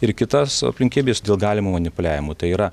ir kitos aplinkybės dėl galimo manipuliavimo tai yra